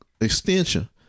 extension